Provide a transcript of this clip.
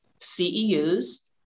CEUs